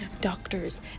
doctors